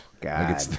god